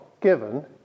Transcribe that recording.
given